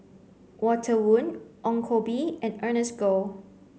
Walter Woon Ong Koh Bee and Ernest Goh